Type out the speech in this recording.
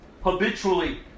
habitually